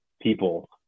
people